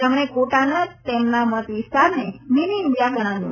તેમણે કોટાના તેમના મતવિસ્તારને મીની ઇન્ડિયા ગણાવ્યું